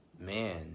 Man